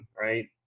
right